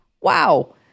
Wow